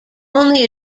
only